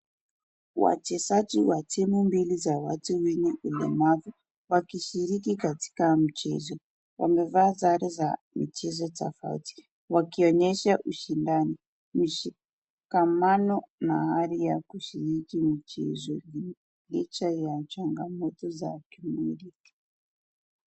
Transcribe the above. Wachezaji wa timu mbili za watu wenye ulemavu wakishiriki katika mchezo. wamevaa sare za mchezo tofauti wakionyesha ushindani. Ushikamano na hali ya kushiriki mchezo hii licha ya changa moto za kimwili.